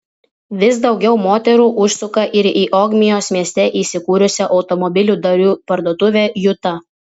vis daugiau moterų užsuka ir į ogmios mieste įsikūrusią automobilių dalių parduotuvę juta